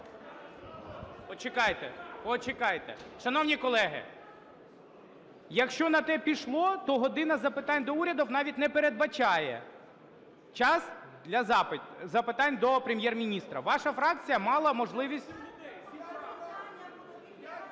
Почекайте, почекайте! Шановні колеги, якщо на те пішло, то "година запитань до Уряду" навіть не передбачає час запитань до Прем'єр-міністра. Ваша фракція мала можливість…